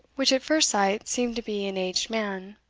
which at first sight seemed to be an aged man.